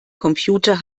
computer